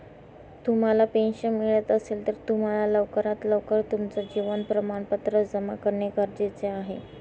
तुम्हाला पेन्शन मिळत असेल, तर तुम्हाला लवकरात लवकर तुमचं जीवन प्रमाणपत्र जमा करणं गरजेचे आहे